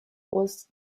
was